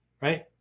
right